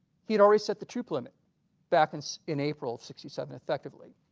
had already set the troop limit back and so in april of sixty seven effectively.